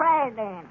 president